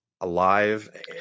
alive